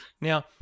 Now